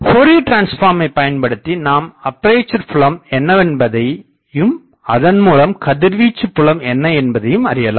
ஃப்போரியர்டிரன்ஸ்பார்மை பயன்படுத்தி நாம் அப்பேசர் புலம் என்னவென்பதையும் அதன் மூலம் கதிர்வீச்சுப் புலம் என்ன என்பதையும் அறியலாம்